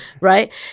right